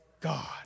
God